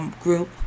group